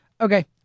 Okay